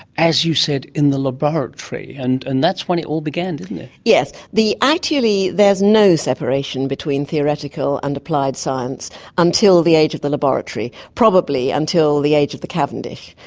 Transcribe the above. as you said, in the laboratory. and and that's when it all began, didn't it. yes. actually there's no separation between theoretical and applied science until the age of the laboratory, probably until the age of the cavendish.